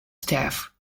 staff